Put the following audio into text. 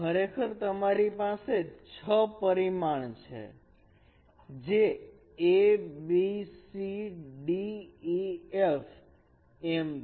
ખરેખર તમારી પાસે 6 પરિમાણ જે abcdef એમ છે